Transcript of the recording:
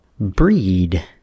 Breed